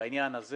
והעניין הזה